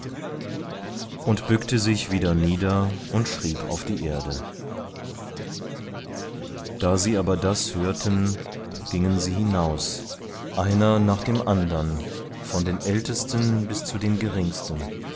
und bückte sich wieder nieder und schrieb auf die erde da sie aber das hörten gingen sie hinaus von ihrem gewissen überführt einer nach dem andern von den ältesten bis zu den geringsten